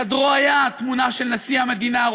בחדרו היו תמונות של נשיא המדינה,